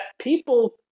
people